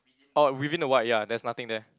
oh within the white ya there is nothing there